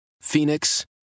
Phoenix